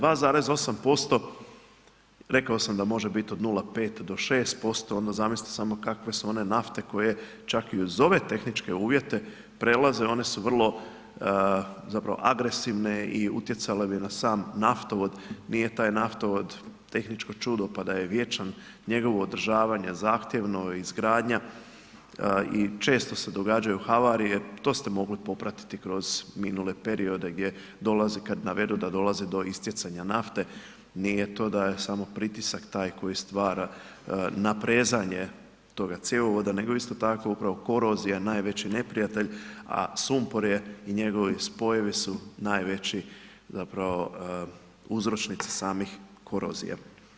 2,8%, rekao sam da može biti od 0,5-6%, onda zamislite samo kakve su one nafte koje čak i uz ove tehničke uvjete prelaze, one su vrlo zapravo agresivne i utjecale bi na sam naftovod, nije taj naftovod tehničko čudo, pa da je vječan, njegovo održavanje zahtjevno, izgradnja i često se događaju havarije, to ste mogli popratiti kroz minule periode gdje dolazi, kad navedu da dolazi do istjecanja nafte, nije to da je samo pritisak taj koji stvara naprezanje toga cjevovoda, nego isto tako upravo korozija najveći neprijatelj, a sumpor je i njegovi spojevi su najveći zapravo uzročnici samih korozija.